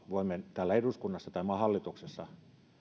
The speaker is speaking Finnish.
voimme täällä eduskunnassa tai maan hallituksessa